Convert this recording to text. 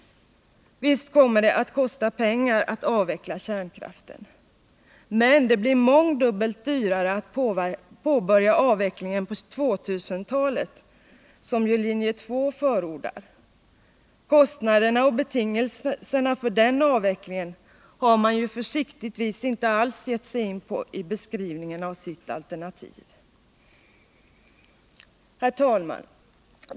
Visst kommer det att kosta pengar att avveckla kärnkraften. Men det blir mångdubbelt dyrare att påbörja avvecklingen på 2000-talet, som ju linje 2 förordar. Kostnaderna och betingelserna för den avvecklingen har man ju försiktigtvis inte alls gett sig in på i beskrivningen av sitt alternativ. Herr talman!